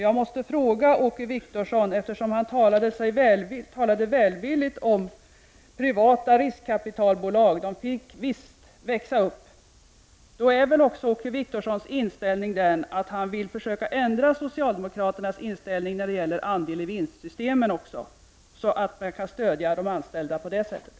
Jag måste fråga Åke Wictorsson, eftersom han talade välvilligt om privata riskkapitalbolag och sade att de visst fick växa upp: Är Åke Wictorssons tanke att försöka ändra socialdemokraternas inställning när det gäller andelar i vinstsystemet, så att man kan stödja de anställda på det sättet?